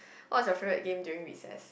what was your favourite game during recess